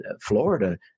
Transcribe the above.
Florida